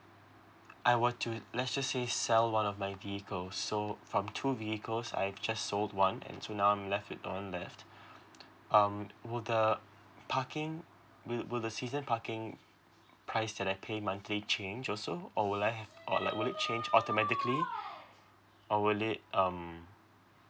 I were to let's just say sell one of my vehicles so from two vehicles I just sold one and so now I'm left with one left um would the parking will will the season parking price that I pay monthly change also or will I have or like will it change automatically or will it um